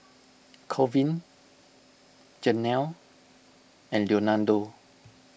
Colvin Jenelle and Leonardo